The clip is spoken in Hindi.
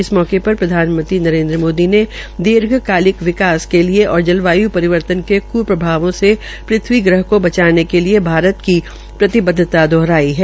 इस अवसरपर प्रधान मंत्री नरेन्द्र मोदी ने दीर्घकालिक विकास और जलवाय् परिवर्तन के क्प्रभावों से पृथ्वी ग्रह को बचाने के लिये भारत की प्रतिबद्धता दोहाराई है